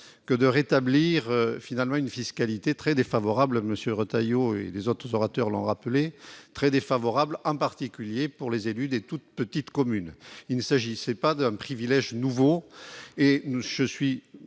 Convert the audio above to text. que de revenir sur une fiscalité très défavorable-M. Retailleau et les autres orateurs l'ont rappelé -, en particulier pour les élus des toutes petites communes. Il ne s'agissait pas d'un privilège nouveau. Je suis,